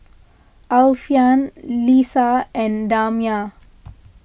Alfian Lisa and Damia